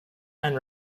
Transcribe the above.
and